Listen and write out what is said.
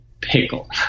pickle